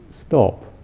stop